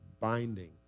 binding